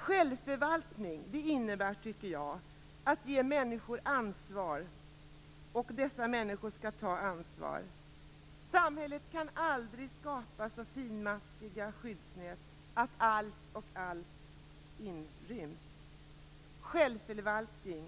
Självförvaltning innebär i mitt tycke att man ger människor ansvar och att de tar ansvar. Samhället kan aldrig skapa så finmaskiga skyddsnät att allt och alla inryms. Självförvaltning,